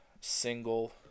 single